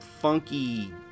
funky